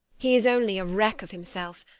he is only a wreck of himself,